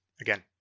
again